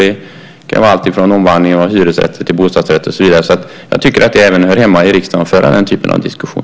Det kan gälla omvandling av hyresrätter till bostadsrätter och så vidare. Jag tycker att det även hör hemma i riksdagen att föra den typen av diskussion.